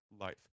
life